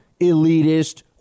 elitist